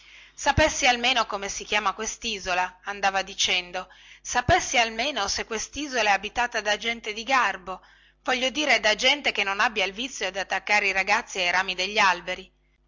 sapessi almeno come si chiama questisola andava dicendo sapessi almeno se questisola è abitata da gente di garbo voglio dire da gente che non abbia il vizio di attaccare i ragazzi ai rami degli alberi